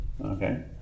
Okay